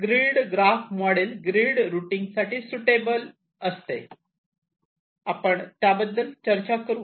grid graph model grid routing साठी suitable असते आपण त्याबद्दल चर्चा करू